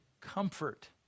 comfort